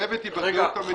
הכלבת היא באחריות המדינה.